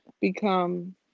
become